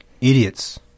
Idiots